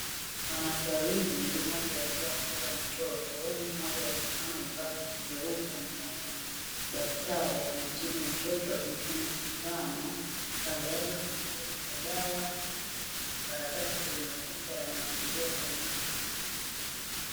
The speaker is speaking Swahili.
Wanawake wawili mmoja akiwa amebeba mtoto mmoja amesimama amevaa koti jeupe anaonekana ni daktari anayemtibu mtoto akimchoma sindano. Kando yake kuna begi la dawa na makaratasi kwenye ukuta yanayoaishiria kuonyesha maandishi.